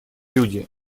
люди